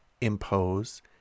impose